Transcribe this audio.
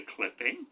clipping